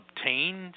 obtained